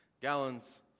gallons